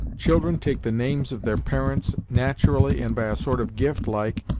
children take the names of their parents, nat'rally, and by a sort of gift, like,